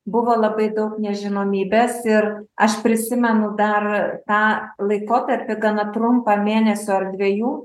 buvo labai daug nežinomybės ir aš prisimenu dar tą laikotarpį gana trumpą mėnesio ar dvejų